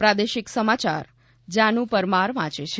પ્રાદેશિક સમાચાર જાનુ પરમાર વાંચે છે